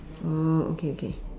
oh okay okay